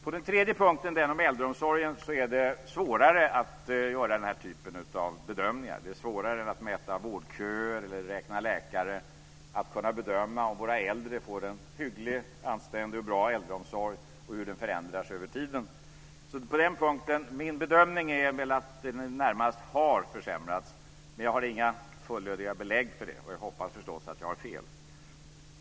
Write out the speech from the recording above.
På den tredje punkten, den om äldreomsorgen, är det svårare att göra den här typen av bedömningar. Det är svårare än att mäta vårdköer eller räkna läkare att kunna bedöma om våra äldre får en hygglig, anständig och bra äldreomsorg och hur den förändrar sig över tiden. Min bedömning är att den närmast har försämrats. Men jag har inga fullödiga belägg för det, och jag hoppas förstås att jag har fel.